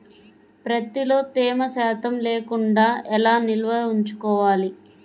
ప్రత్తిలో తేమ శాతం లేకుండా ఎలా నిల్వ ఉంచుకోవాలి?